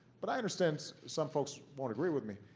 but i understand some folks won't agree with me.